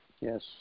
Yes